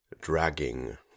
dragging